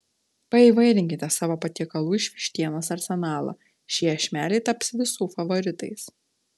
paįvairinkite savo patiekalų iš vištienos arsenalą šie iešmeliai taps visų favoritais